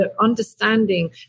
understanding